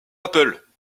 apple